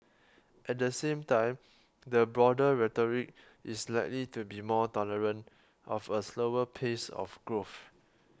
at the same time the broader rhetoric is likely to be more tolerant of a slower pace of growth